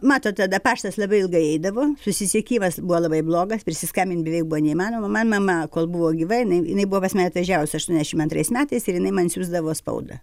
matot tada paštas labai ilgai eidavo susisiekimas buvo labai blogas prisiskambint beveik buvo neįmanoma man mama kol buvo gyva jinai jinai buvo pas mane atvažiavusi aštuoniasdešimt antrais metais ir jinai man siųsdavo spaudą